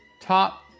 top